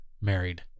married